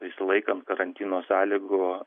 nesilaikant karantino sąlygų